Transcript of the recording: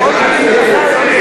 ראש ממשלה צריך.